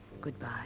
Goodbye